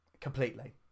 Completely